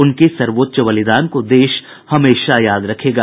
उनके सर्वोच्च बलिदान को देश हमेशा याद रखेगा